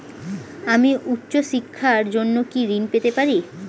আমি উচ্চশিক্ষার জন্য কি ঋণ পেতে পারি?